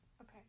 Okay